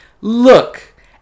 Look